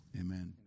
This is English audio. Amen